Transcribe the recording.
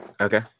Okay